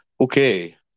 Okay